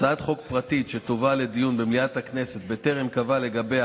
הצעת חוק פרטית שתובא לדיון במליאת הכנסת בטרם קבעה לגביה